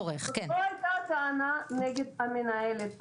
לא היתה טענה כנגד המנהלת.